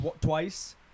twice